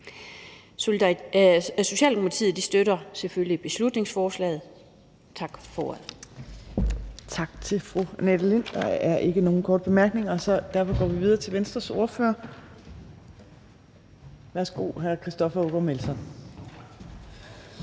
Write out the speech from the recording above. Socialdemokratiet støtter selvfølgelig beslutningsforslaget. Tak for